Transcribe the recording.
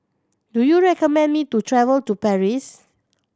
do you recommend me to travel to Paris